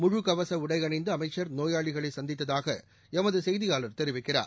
முழுகவசஉடைஅணிந்துஅமைச்சர் நோயாளிகளைசந்தித்ததாகளமதுசெய்தியாளர் தெரிவிக்கிறார்